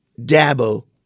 Dabo